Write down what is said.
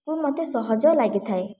କୁ ମୋତେ ସହଜ ଲାଗିଥାଏ